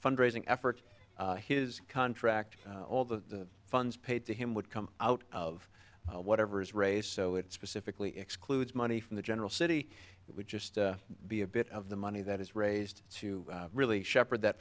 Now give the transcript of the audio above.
fund raising effort his contract all the funds paid to him would come out of whatever his race so it specifically excludes money from the general city it would just be a bit of the money that is raised to really shepherd that